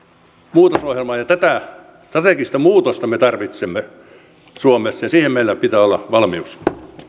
muutosohjelmaa ja tätä strategista muutosta me tarvitsemme suomessa ja siihen meillä pitää olla valmius